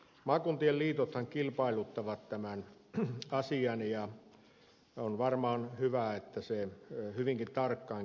maakuntien liitothan kilpailuttavat tämän asian ja on varmaan hyvä että se hyvinkin tarkkaan käydään läpi